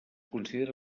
considera